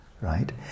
right